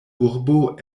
urbo